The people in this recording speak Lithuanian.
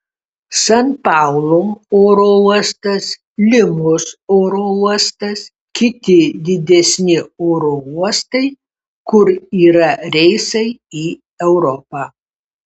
san paulo oro uostas limos oro uostas kiti didesni oro uostai kur yra reisai į europą